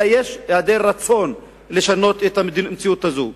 אבל יש העדר רצון לשנות את המציאות הזאת.